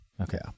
Okay